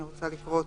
אני רוצה לקרוא אותו: